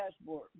dashboard